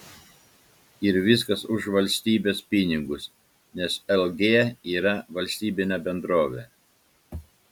ir viskas už valstybės pinigus nes lg yra valstybinė bendrovė